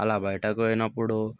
అలా బయటకు పోయినప్పుడు